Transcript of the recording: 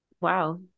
Wow